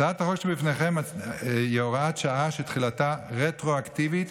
הצעת החוק שבפניכם היא הוראת שעה שתחילתה רטרואקטיבית